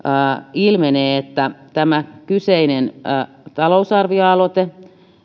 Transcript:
ilmenee että tämä kyseinen talousarvioaloite